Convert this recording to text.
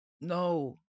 no